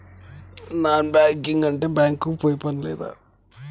Non banking అంటే bank కి పోయే పని లేదా?